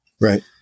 right